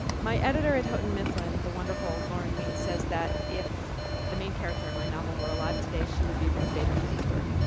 my editor at houghton mifflin, the wonderful lauren wean, says that if the main character in my novel were alive today, she'd be ruth bader ginsburg,